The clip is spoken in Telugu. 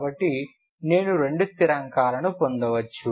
కాబట్టి నేను రెండు స్థిరాంకాలను పొందవచ్చు